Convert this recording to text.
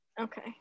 Okay